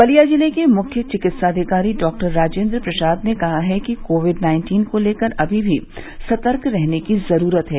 बलिया जिले के मुख्य चिकित्साधिकारी डॉ राजेन्द्र प्रसाद ने कहा है कि कोविड नाइन्टीन को लेकर अमी भी सतर्क रहने की जरूरत है